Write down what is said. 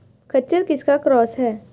खच्चर किसका क्रास है?